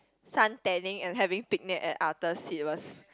sun tanning and having picnic at other seat was